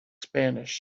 spanish